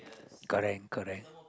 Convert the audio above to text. correct correct